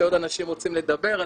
יש עוד אנשים שרוצים לדבר,